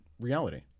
reality